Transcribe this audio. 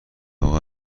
اقا